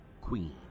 Queen